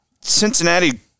Cincinnati